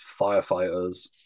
firefighters